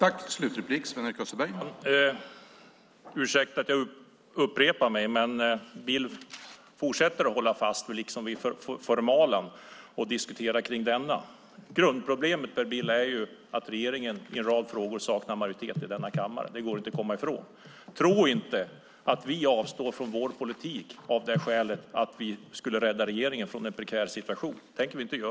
Herr talman! Jag ber om ursäkt för att jag upprepar mig, men Per Bill fortsätter att hålla fast vid formalia och diskuterar det. Grundproblemet är att regeringen i en rad frågor saknar majoritet i denna kammare. Det går inte att komma ifrån. Tro inte att vi avstår från vår politik för att rädda regeringen ur en prekär situation. Det tänker vi inte göra.